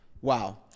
Wow